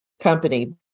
company